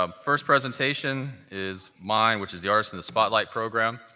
um first presentation is mine, which is the artist in the spotlight program,